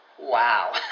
Wow